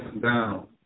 down